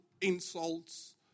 insults